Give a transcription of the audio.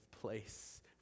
place